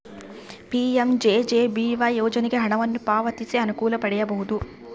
PMJJBY ಯೋಜನೆಗೆ ಹಣವನ್ನು ಪಾವತಿಸಿ ಅನುಕೂಲ ಪಡೆಯಬಹುದು